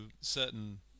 certain